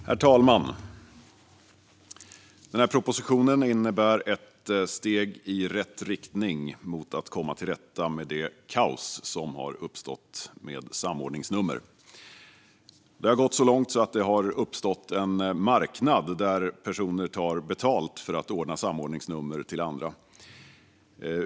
Herr talman! Denna proposition innebär ett steg i rätt riktning mot att komma till rätta med det kaos som har uppstått med samordningsnummer. Det har gått så långt att det har uppstått en marknad där personer tar betalt för att ordna samordningsnummer till andra.